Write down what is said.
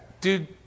dude